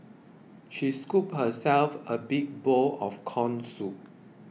she scooped herself a big bowl of Corn Soup